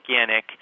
organic